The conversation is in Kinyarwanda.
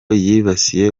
yibasiye